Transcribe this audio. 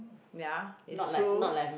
ya it's true